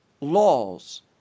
laws